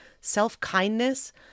self-kindness